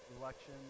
election